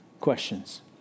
questions